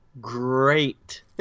great